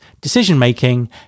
decision-making